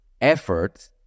effort